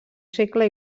segle